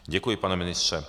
Děkuji, pane ministře.